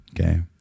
Okay